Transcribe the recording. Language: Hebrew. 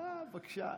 לא, בבקשה.